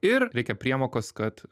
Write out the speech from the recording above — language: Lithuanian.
ir reikia priemokos kad